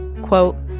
quote,